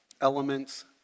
elements